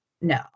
No